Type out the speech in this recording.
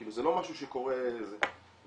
כאילו זה לא משהו שקורה וכן,